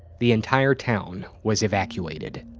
the entire town was evacuated.